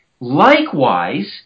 Likewise